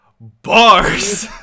bars